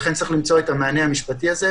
לכן צריך למצוא את המענה המשפטי הזה,